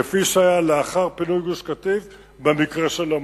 כפי שהיה לאחר פינוי גוש-קטיף במקרה של עמונה,